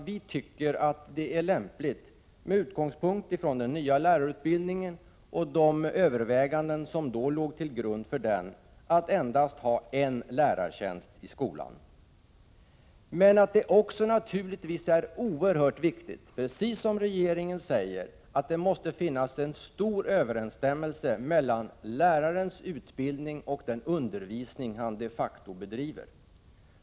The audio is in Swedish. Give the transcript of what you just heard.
Vi tycker att det är lämpligt, med utgångspunkt i den nya lärarutbildningen och de överväganden som låg till grund för den, att endast en typ av lärartjänst i skolan förekommer. Men det är oerhört viktigt, precis som regeringen säger, att det finns en stor överensstämmelse mellan lärarens utbildning och den undervisning han de facto bedriver.